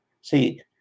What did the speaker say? See